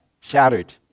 shattered